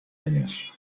años